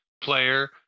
player